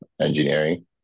engineering